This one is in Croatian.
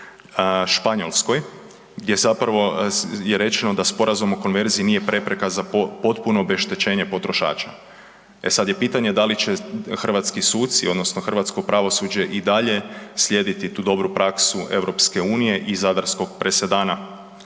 Španjolskoj gdje je rečeno da Sporazum o konverziji nije prepreka za potpuno obeštećenje potrošača. E sada je pitanje da li će hrvatski suci odnosno hrvatsko pravosuđe i dalje slijediti tu dobru praksu EU i zadarskog presedana